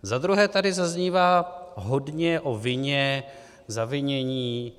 Zadruhé tady zaznívá hodně o vině, zavinění.